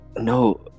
No